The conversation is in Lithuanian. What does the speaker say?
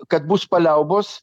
kad bus paliaubos